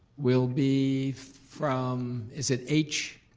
will be from, is it h?